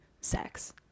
sex